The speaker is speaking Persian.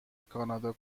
کانادا